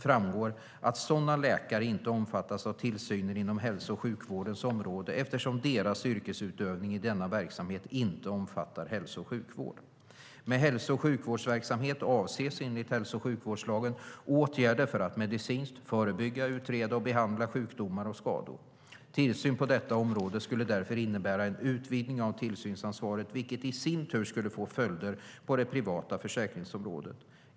framgår att sådana läkare inte omfattas av tillsynen inom hälso och sjukvårdens område eftersom deras yrkesutövning i denna verksamhet inte omfattar hälso och sjukvård. Med hälso och sjukvårdsverksamhet avses, enligt hälso och sjukvårdslagen, åtgärder för att medicinskt förebygga, utreda och behandla sjukdomar och skador. Tillsyn på detta område skulle därför innebära en utvidgning av tillsynsansvaret vilket i sin tur skulle få följder på det privata försäkringsområdet.